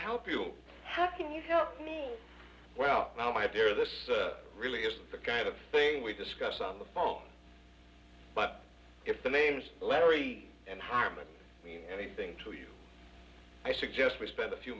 help you how can you tell me well now my dear this really is the kind of thing we discuss on the phone but if the names larry and harmony mean anything to you i suggest we spend a few